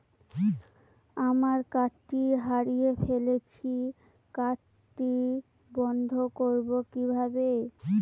আমার কার্ডটি হারিয়ে ফেলেছি কার্ডটি বন্ধ করব কিভাবে?